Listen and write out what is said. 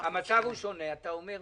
מכיוון